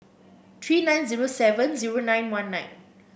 three nine zero seven zero nine one nine